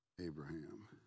Abraham